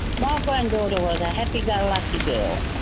my granddaughter was a happy-go-lucky girl,